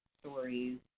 stories